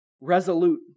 resolute